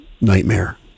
nightmare